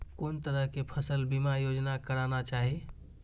कोन तरह के फसल बीमा योजना कराना चाही?